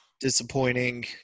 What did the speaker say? disappointing